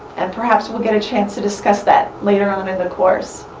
and perhaps we'll get a chance to discuss that later on in the course.